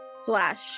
slash